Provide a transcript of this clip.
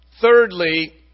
thirdly